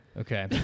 Okay